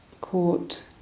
caught